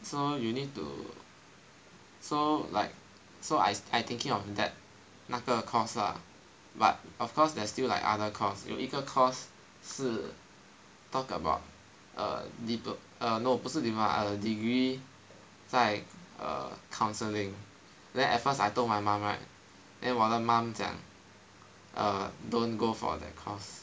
so you need to so like so I I thinking of that 那个 course lah but of course there's still like other course 有一个 course 是 talk about err diplo~ err no 不是 diploma err degree 在 err counselling then at first I told my mom right then 我的 mum 讲 err don't go for that course